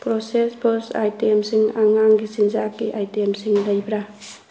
process food ꯑꯥꯏꯇꯦꯝꯁꯤꯡ ꯑꯉꯥꯡꯒꯤ ꯆꯤꯟꯖꯥꯛꯀꯤ ꯑꯥꯏꯇꯦꯝꯁꯤꯡ ꯂꯩꯕ꯭ꯔꯥ